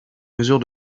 mesure